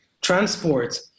transport